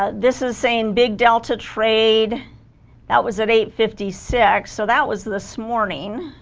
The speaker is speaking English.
ah this is saying big delta trade that was at eight fifty six so that was this morning